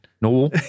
No